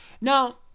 Now